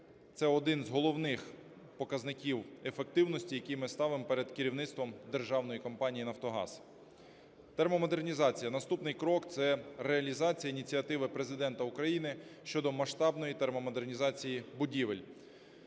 Це один з головних показників ефективності, які ми ставимо перед керівництвом державної компанії "Нафтогаз". Термомодернізація. Наступний крок – це реалізація ініціативи Президента України щодо масштабної термомодернізації будівель.